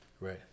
Right